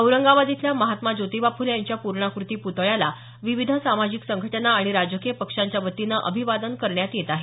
औरंगाबाद इथल्या महात्मा ज्योतिबा फुले यांच्या पूर्णाकृती पुतळ्याला विविध सामाजिक संघटना आणि राजकीय पक्षांच्या वतीनं अभिवादन करण्यात येत आहे